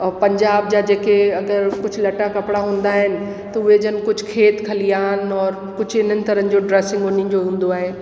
और पंजाब जा जेके अगरि कुझु लटा कपिड़ा हूंदा आहिनि त उहे जन कुझु खेत खलिहान और कुझु हिननि तरहनि जो ड्रैसिंग हुननि जो हूंदो आहे